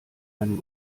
einen